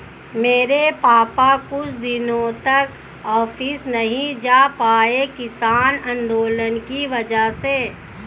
मेरे पापा कुछ दिनों तक ऑफिस नहीं जा पाए किसान आंदोलन की वजह से